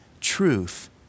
truth